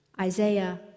Isaiah